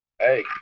Hey